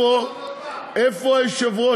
תבוא בתשע בבוקר.